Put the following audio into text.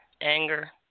anger